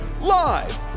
live